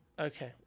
Okay